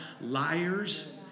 liars